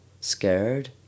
scared